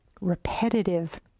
repetitive